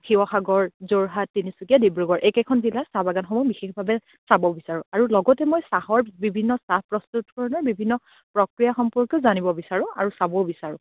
শিৱসাগৰ যোৰহাত তিনিচুকীয়া ডিব্ৰুগড় এইকেইখন জিলাৰ চাহবাগানসমূহ বিশেষভাৱে চাব বিচাৰোঁ আৰু লগতে মই চাহৰ বিভিন্ন চাহ প্ৰস্তুত কৰোতে বিভিন্ন প্ৰক্ৰিয়া সম্পৰ্কেও জানিব বিচাৰোঁ আৰু চাবও বিচাৰোঁ